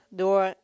door